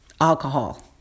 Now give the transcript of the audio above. Alcohol